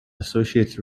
associates